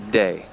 day